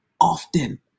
Often